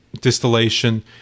distillation